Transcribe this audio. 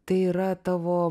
tai yra tavo